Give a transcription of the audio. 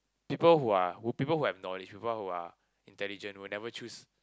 people who are who people who have knowledge people who are intelligent will never choose